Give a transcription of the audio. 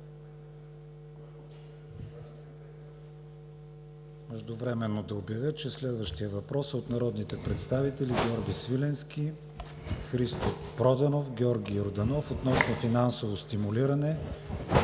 Ви, уважаеми господин Министър. Следващият въпрос е от народните представители Георги Свиленски, Христо Проданов и Георги Йорданов относно финансово стимулиране